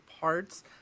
parts